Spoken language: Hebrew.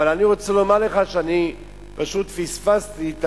אבל אני רוצה לומר לך שאני פשוט פספסתי את